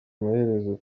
amaherezo